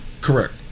Correct